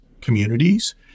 communities